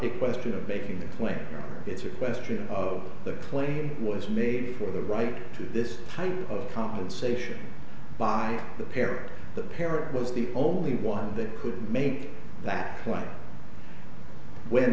a question of making a claim it's a question of the claim was made for the right to this type of compensation by the parent the parent was the only one that could make that